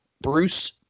Bruce